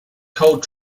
cold